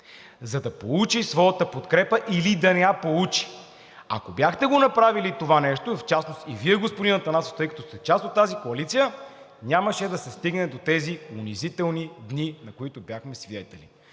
за да получи своята подкрепа или да не я получи. Ако бяхте го направили това нещо, в частност и Вие господин Атанасов, тъй като сте част от тази коалиция, нямаше да се стигне до тези унизителни дни, на които бяхме свидетели.